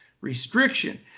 restriction